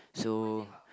so